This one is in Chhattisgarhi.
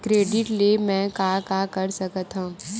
क्रेडिट ले मैं का का कर सकत हंव?